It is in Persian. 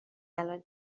الان